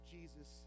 Jesus